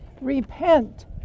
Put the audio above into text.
Repent